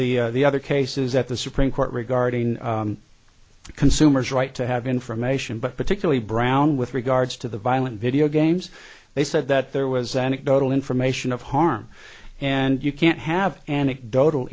the the other cases that the supreme court regarding the consumers right to have information but particularly brown with regards to the violent video games they said that there was anecdotal information of harm and you can't have anecdotal